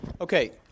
Okay